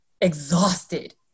exhausted